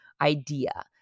idea